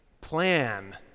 plan